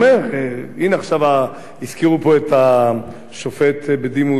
הנה עכשיו הזכירו פה את השופט בדימוס אדמונד לוי,